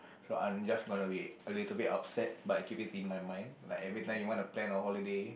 so I'm just gonna be a little bit upset but I keep it in my mind like every time you want to plan a holiday